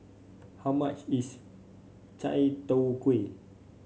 how much is Chai Tow Kuay